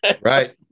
right